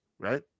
Right